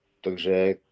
Takže